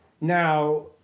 Now